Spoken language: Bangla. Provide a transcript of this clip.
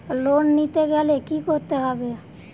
লোন নিতে গেলে কি করতে হবে?